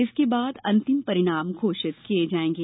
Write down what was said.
इसके बाद अंतिम परिणाम घोषित किए जाएंगे